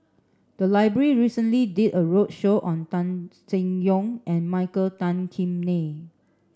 the library recently did a roadshow on Tan Seng Yong and Michael Tan Kim Nei